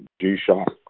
G-Shock